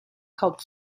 called